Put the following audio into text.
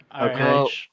okay